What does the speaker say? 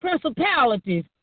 principalities